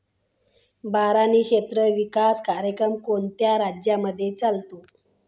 बारानी क्षेत्र विकास कार्यक्रम कोणत्या राज्यांमध्ये चालतो?